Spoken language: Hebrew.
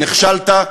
נכשלת,